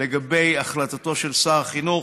לגבי החלטתו של שר החינוך,